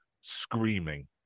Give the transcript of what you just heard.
screaming